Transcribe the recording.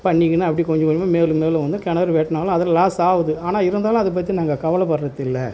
பண்ணிக்கின்னு அப்படியே கொஞ்சம் கொஞ்சமாக மேலும் மேலும் வந்து கிணறு வெட்டினாலும் அதில் லாஸ் ஆகுது ஆனால் இருந்தாலும் அதை பற்றி நாங்கள் கவலைப்பட்றதில்ல